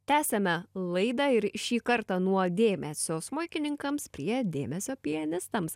tęsiame laidą ir šį kartą nuo dėmesio smuikininkams prie dėmesio pianistams